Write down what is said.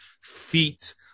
feet